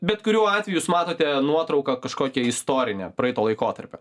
bet kuriuo atveju jūs matote nuotrauką kažkokią istorinę praeito laikotarpio